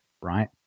right